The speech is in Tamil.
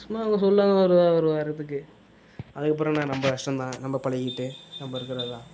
சும்மா அவங்க சொல்லுவாங்க ஒரு ஒரு வாரத்துக்கு அதுக்கப்புறம் என்ன நம்ம இஷ்டம் தான் நம்ம பழகிட்டு நம்ம இருக்கிறது தான்